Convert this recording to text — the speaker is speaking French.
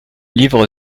livre